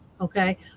okay